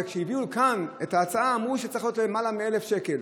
וכשהביאו כאן את ההצעה אמרו שזה צריך לעלות למעלה מ-1,000 שקל.